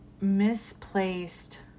misplaced